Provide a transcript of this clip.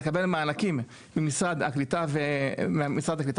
לקבל מענקים ממשרד הקליטה והעלייה.